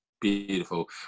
Beautiful